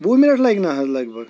وُہ مِنَٹ لگہِ نا حظ لگ بگ